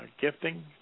gifting